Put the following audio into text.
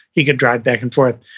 he could drive back and forth,